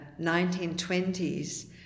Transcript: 1920s